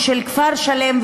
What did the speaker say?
ושל כפר שלם,